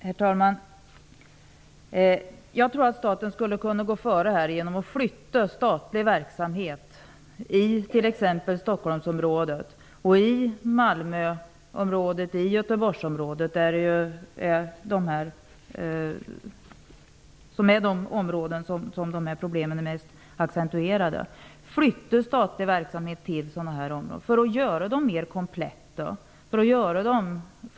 Herr talman! Jag tror att staten skulle kunna gå före genom att flytta statlig verksamhet till dessa områden i Stockholmsområdet, Malmöområdet och Göteborgsområdet för att göra dem mer kompletta och funktionsdugliga. Det är ju där de här problemen är mest accentuerade.